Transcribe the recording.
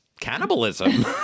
cannibalism